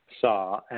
saw